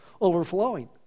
overflowing